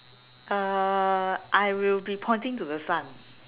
uh I will be pointing to the sun